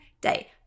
day